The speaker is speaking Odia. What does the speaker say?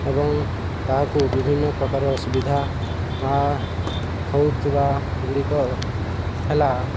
ଏବଂ ତାହାକୁ ବିଭିନ୍ନ ପ୍ରକାର ସୁୁବିଧା ହେଉଥିବା ଗୁଡ଼ିକ ହେଲା